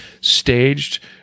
staged